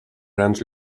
grans